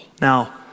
Now